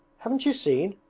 haven't you seen?